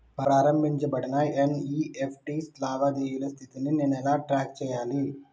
ప్రారంభించబడిన ఎన్.ఇ.ఎఫ్.టి లావాదేవీల స్థితిని నేను ఎలా ట్రాక్ చేయాలి?